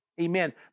Amen